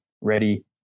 Ready